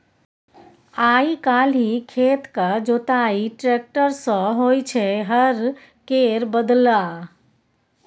आइ काल्हि खेतक जोताई टेक्टर सँ होइ छै हर केर बदला